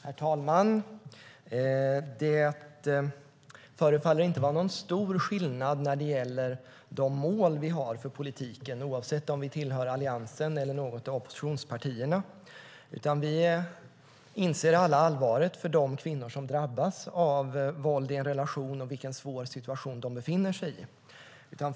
Herr talman! Det förefaller inte vara någon stor skillnad när det gäller de mål vi har för politiken, oavsett om vi tillhör Alliansen eller något av oppositionspartierna. Vi inser alla allvaret för de kvinnor som drabbas av våld i en relation och vilken svår situation de befinner sig i.